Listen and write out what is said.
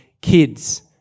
kids